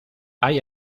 hay